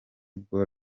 bwo